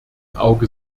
auge